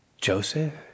Joseph